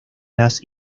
las